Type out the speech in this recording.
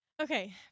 Okay